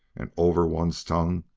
and over one's tongue,